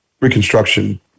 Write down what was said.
Reconstruction